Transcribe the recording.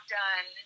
done